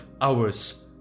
hours